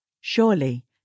Surely